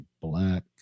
black